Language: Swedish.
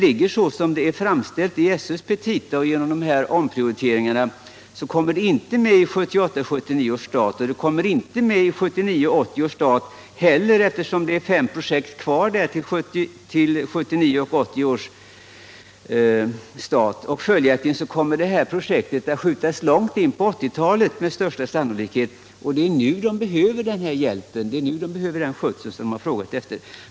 I annat fall kommer det till följd av omprioriteringarna i SÖ:s petita inte med i 1978 80 års stat, eftersom fem projekt återstår för dessa budgetår. Då kommer projektet följaktligen med största sannolikhet att skjutas långt in på 1980-talet. Men det är nu man behöver den positiva effekt som detta projekt skulle föra med sig.